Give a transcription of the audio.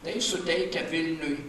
tai suteikia vilniui